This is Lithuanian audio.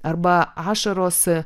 arba ašaros